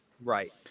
Right